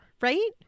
right